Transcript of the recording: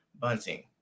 Bunting